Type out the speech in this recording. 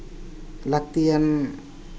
ᱞᱟᱹᱠᱛᱤᱭᱟᱱ